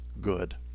good